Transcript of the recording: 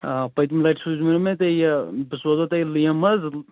آ پٔتۍمہِ لَٹہٕ سوٗزۍمیٚو مےٚ یہِ بہٕ سوزیو تۄہہِ یِم حظ